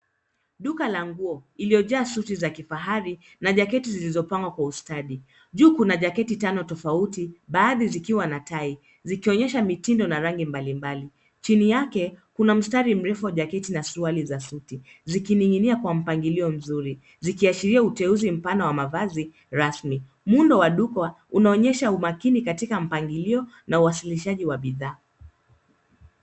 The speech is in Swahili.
Duka la nguo iliyojaa suti za kifahari na jaketi zilizopangwa kwa ustadi. Juu kuna jaketi tano tofauti baadhi zikiwa na tai, zikionyesha mitindo na rangi mbalimbali. Chini yake kuna mstari mrefu wa jaketi na suruali za suti zikining'inia kwa mpangilio mzuri , zikiashiria uteuzi mpana wa mavazi rasmi. Muundo wa duka unaonyesha umakini katika mpangilio na uwasilishaji wa bidhaa.